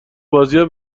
بازیا